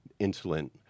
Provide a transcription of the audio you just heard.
insulin